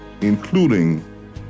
including